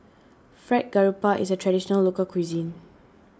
Fried Garoupa is a Traditional Local Cuisine